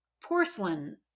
porcelain